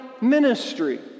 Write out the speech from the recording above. ministry